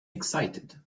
excited